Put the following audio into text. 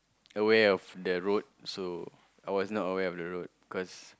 aware of the road so I was not aware of the road cause